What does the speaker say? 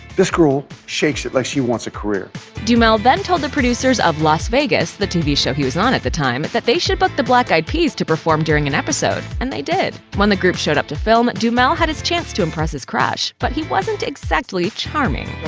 this girl shakes it like she wants a career duhamel then told the producers of las vegas, the tv show he was on at the time, that they should book the black eyed peas to perform during an episode, and they did! when the group showed up to film, duhamel had his chance to impress his crush, but he wasn't exactly charming.